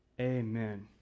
Amen